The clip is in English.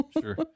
Sure